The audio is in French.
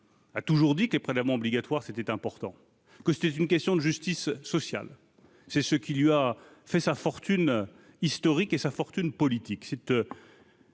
A toujours dit que les prélèvements obligatoires, c'était important que c'était une question de justice sociale, c'est ce qui lui a fait sa fortune historique et sa fortune politique